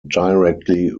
directly